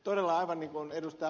todella aivan niin kuin ed